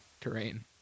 terrain